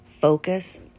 focus